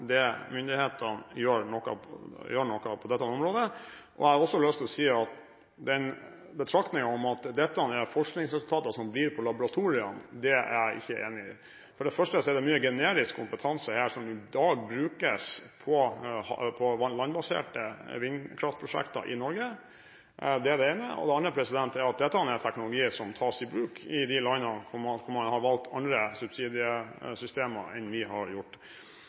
Myndighetene gjør noe på dette området. Jeg har også lyst til å kommentere betraktningen om at dette er forskningsresultater som blir på laboratoriet. Det er jeg ikke enig i. For det første er det mye generisk kompetanse her som i dag brukes på landbaserte vindkraftprosjekter i Norge. Det er det ene, og det andre er at dette er teknologi som tas i bruk i de landene man har valgt andre subsidiesystemer enn vi har gjort,